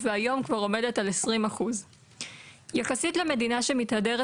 והיום כבר עומדת על 20%. יחסית למדינה שמתהדרת